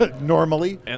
normally